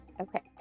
Okay